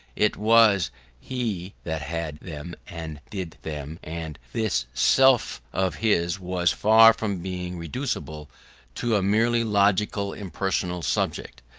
it was he that had them and did them and this self of his was far from being reducible to a merely logical impersonal subject,